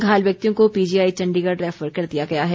घायल व्यक्तियों को पीजीआई चण्डीगढ़ रैफर कर दिया गया है